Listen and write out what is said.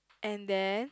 and then